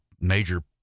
major